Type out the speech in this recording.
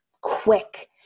quick